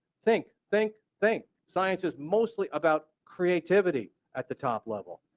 think, think, think. science is mostly about creativity at the top level.